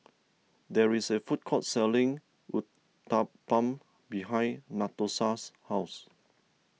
there is a food court selling Uthapam behind Natosha's house